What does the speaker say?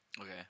Okay